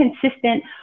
consistent